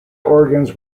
organs